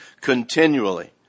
continually